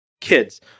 kids